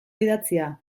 idatzia